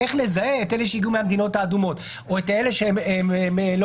איך נזהה את אלה שהגיעו מהמדינות האדומות,